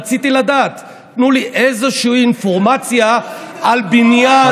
רציתי לדעת: תנו לי איזושהי אינפורמציה על בניין,